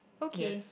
okay